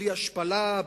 בלי השפלה,